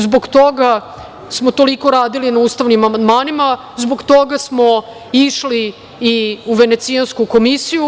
Zbog toga smo toliko radili na ustavnim amandmanima, zbog toga smo išli i u Venecijansku komisiju.